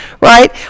right